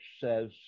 says